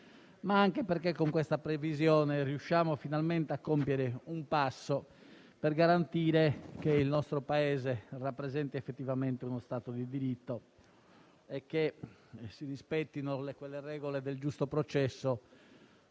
ma anche perché con questa previsione riusciamo finalmente a compiere un passo per garantire che il nostro Paese rappresenti effettivamente uno Stato di diritto e che si rispettino quelle regole del giusto processo,